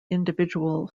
individual